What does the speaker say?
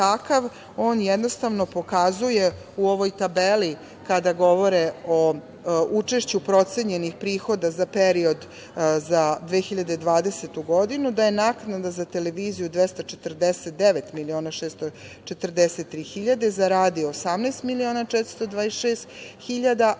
on jednostavno pokazuje u ovoj tabeli kada govore o učešću procenjenih prihoda za period za 2020. godinu da je naknada za televiziju 249.643.000, za radio 18.426.000,